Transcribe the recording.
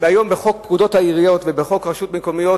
היום יש בין פקודת העיריות לחוק הרשויות המקומיות